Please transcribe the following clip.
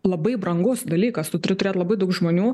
labai brangus dalykas tu turi turėt labai daug žmonių